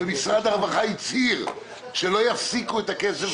ומשרד הרווחה הצהיר שהוא לא יפסיק את הכסף